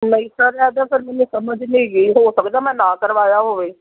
ਨਹੀਂ ਸਰ ਇੱਦਾਂ ਤਾਂ ਮੈਨੂੰ ਸਮਝ ਨਹੀਂ ਹੈਗੀ ਹੋ ਸਕਦਾ ਮੈਂ ਨਾ ਕਰਵਾਇਆ ਹੋਵੇ